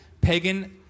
pagan